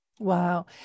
Wow